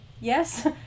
yes